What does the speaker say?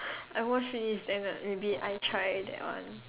I watch finish then uh maybe I try that one